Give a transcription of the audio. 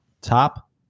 Top